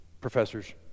professors